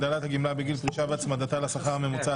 הגדלת הגמלה בגיל פרישה והצמדתה לשכר הממוצע),